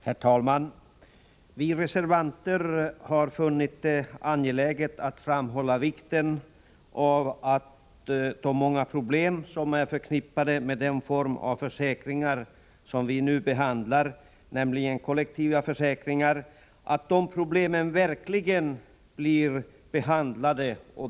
Herr talman! Vi reservanter har funnit det angeläget att framhålla vikten av att de många problem som är förknippade med den form av försäkringar som vi nu behandlar, nämligen kollektiva försäkringar, verkligen blir grundligt behandlade.